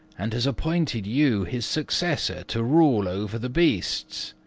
and has appointed you his successor to rule over the beasts.